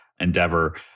endeavor